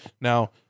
Now